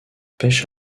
pêche